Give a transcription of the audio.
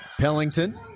Pellington